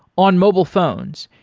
on mobile phones,